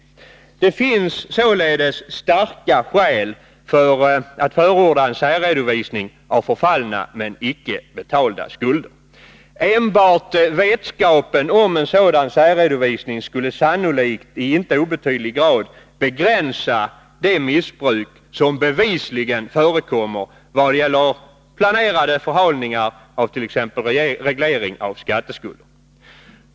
Det finns således starka skäl för att förorda en särredovisning av förfallna men icke betalda skulder. Enbart vetskapen om en sådan särredovisning skulle sannolikt i inte obetydlig grad begränsa det missbruk som bevisligen förekommer när det gäller planerade förhalningar av t.ex. reglering av skatteskulder.